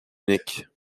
unique